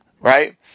right